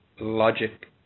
logic